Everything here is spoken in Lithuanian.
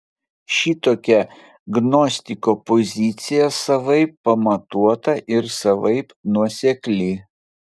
šitokia gnostiko pozicija savaip pamatuota ir savaip nuosekli